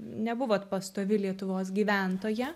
nebuvot pastovi lietuvos gyventoja